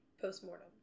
post-mortem